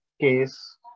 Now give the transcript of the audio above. case